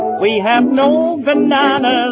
we have no bananas.